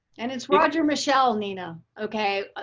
and it's roger michelle nina. okay. ah